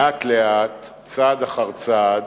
לאט לאט, צעד אחר צעד,